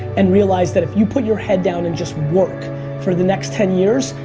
and realize that if you put your head down and just work for the next ten years,